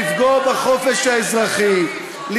חבר הכנסת חסון,